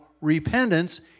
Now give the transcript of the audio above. repentance